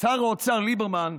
שר האוצר ליברמן,